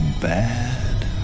bad